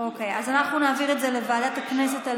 נעביר את זה לוועדת הכנסת.